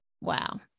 Wow